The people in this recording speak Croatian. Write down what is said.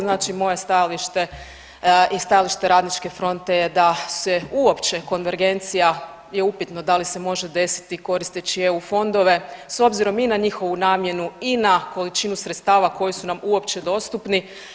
Znači moje je stajalište i stajalište RF-a je da se uopće konvergencija je upitno da li se može desiti koristeći EU fondove s obzirom i na njihovu namjenu i na količinu sredstava koji su nam uopće dostupni.